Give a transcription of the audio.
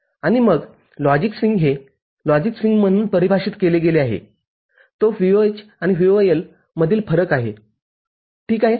आणि मग logic swing हे लॉजिक स्विंग म्हणून परिभाषित केले गेले आहे तो VOH आणि VOL मधील फरक आहे ठीक आहे